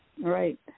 Right